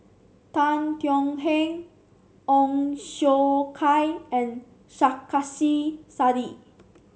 Tan Thuan Heng Ong Siong Kai and Sarkasi Said